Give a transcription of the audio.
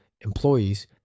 employees